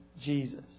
Jesus